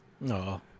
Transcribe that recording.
No